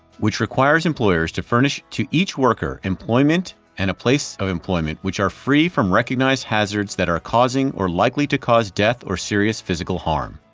which requires employers to furnish to each worker employment and a place of employment which are free from recognized hazards that are causing or likely to cause death or serious physical harm.